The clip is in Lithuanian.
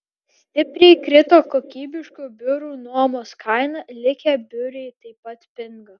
stipriai krito kokybiškų biurų nuomos kaina likę biurai taip pat pinga